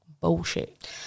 Bullshit